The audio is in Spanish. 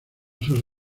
sus